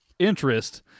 interest